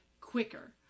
quicker